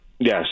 Yes